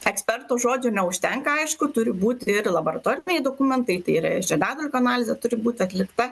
ekspertų žodžių neužtenka aišku turi būti ir laboratoriniai dokumentai tai yra žiedadulkių analizė turi būt atlikta